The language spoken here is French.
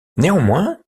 néanmoins